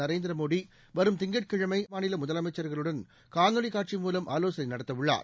நரேந்திரமோடி வரும் திங்கட்கிழமை மாநில முதலமைச்ச்களுடன் காணொலி காட்சி மூலம் ஆலோசனை நடத்த உள்ளார்